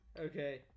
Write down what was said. Okay